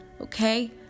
okay